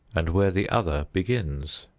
and where the other begins?